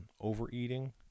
overeating